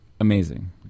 Amazing